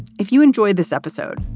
if you enjoyed this episode,